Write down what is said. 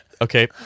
Okay